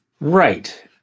Right